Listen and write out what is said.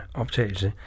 optagelse